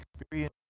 experience